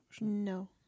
No